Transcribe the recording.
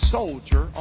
Soldier